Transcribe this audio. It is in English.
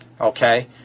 Okay